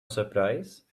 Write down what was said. surprise